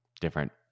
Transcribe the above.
Different